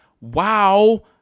Wow